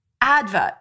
Advert